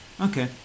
Okay